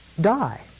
die